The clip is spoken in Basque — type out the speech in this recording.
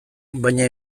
baina